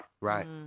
Right